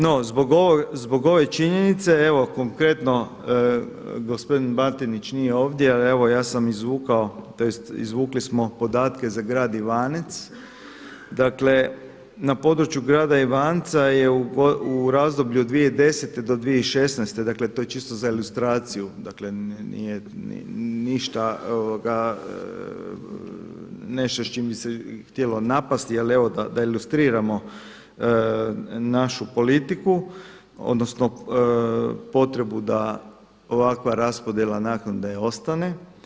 No zbog ove činjenice, evo konkretno gospodin Batinić nije ovdje ali evo ja sam izvukao, tj. izvukli smo podatke za grad Ivance, dakle na području grada Ivanca je u razdoblju 2010. do 2016. dakle to je čisto za ilustraciju dakle nije ništa nešto s čime bi se htjelo napasti jel evo da ilustriramo našu politiku odnosno potrebu da ovakva raspodjela naknade ostane.